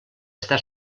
està